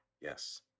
Yes